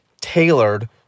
tailored